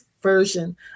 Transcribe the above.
version